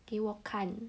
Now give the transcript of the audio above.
给我看